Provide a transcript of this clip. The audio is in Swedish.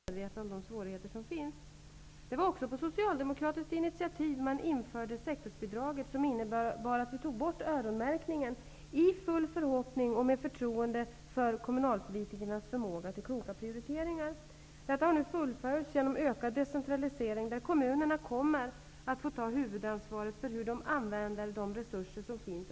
Herr talman! När det gäller den ekonomiska politiken i landet, är det väl känt att det finns en betryggande majoritet i riksdagen för de stora besparingsåtgärder staten tvingas vidta. Jag tror att alla över partigränserna är medvetna om de svårigheter som finns. Det var på socialdemokratiskt initiativ man införde sektorsbidraget. Det innebar att vi tog bort öronmärkningen i full förhoppning om, och med förtroende för, kommunalpolitikernas förmåga till kloka prioriteringar. Detta har nu fullföljts genom ökad decentralisering där kommunerna kommer att få ta huvudansvaret för hur de använder de resurser som finns.